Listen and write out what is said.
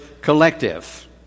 collective